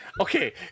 Okay